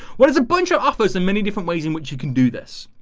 what does a bunch of offers and many different ways in which you can do this?